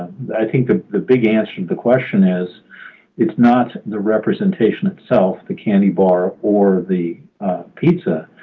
i think ah the big answer to the question is it's not the representation itself? the candy bar or the pizza.